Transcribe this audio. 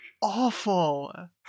Awful